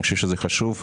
אני חושב שזה חשוב.